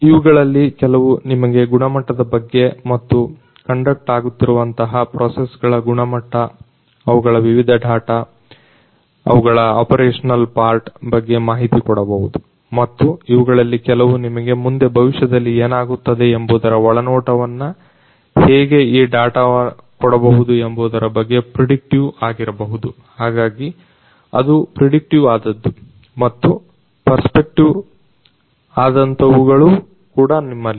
ಇವುಗಳಲ್ಲಿ ಕೆಲವು ನಿಮಗೆ ಗುಣಮಟ್ಟದ ಬಗ್ಗೆ ಮತ್ತು ಕಂಡಕ್ಟ್ ಆಗುತ್ತಿರುವಂತಹ ಪ್ರೊಸೆಸ್ಗಳ ಗುಣಮಟ್ಟ ಅವುಗಳ ವಿವಿಧ ಡಾಟ ಅವುಗಳ ಆಪರೇಷನಲ್ ಪಾರ್ಟ್ ಬಗ್ಗೆ ಮಾಹಿತಿ ಕೊಡಬಹುದು ಮತ್ತು ಇವುಗಳಲ್ಲಿ ಕೆಲವು ನಿಮಗೆ ಮುಂದೆ ಭವಿಷ್ಯದಲ್ಲಿ ಏನಾಗುತ್ತದೆ ಎಂಬುದರ ಒಳನೋಟವನ್ನು ಹೇಗೆ ಈ ಡಾಟ ಕೊಡಬಹುದು ಎಂಬುದರ ಬಗ್ಗೆ ಪ್ರಿಡಿಕ್ಟಿವ್ ಆಗಿರಬಹುದು ಹಾಗಾಗಿ ಅದು ಪ್ರಿಡಿಕ್ಟಿವ್ ಆದದ್ದು ಮತ್ತು ಪರ್ಸ್ಪೆಕ್ಟಿವ್ ಆದಂತವುಗಳೂ ಕೂಡ ನಿಮ್ಮಲ್ಲಿವೆ